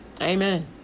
Amen